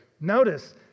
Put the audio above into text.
Notice